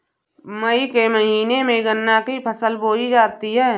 मई के महीने में गन्ना की फसल बोई जाती है